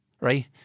right